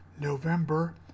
November